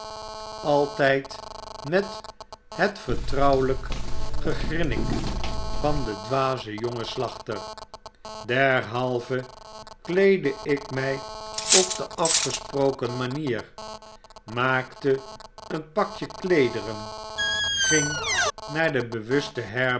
altijd met het vertrouwelyk gegrinnik van den dwazen jongen slachter derhalve kleedde ik my op de afgesproken manier maakte een pakje kleederen ging naar de